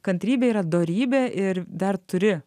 kantrybė yra dorybė ir dar turi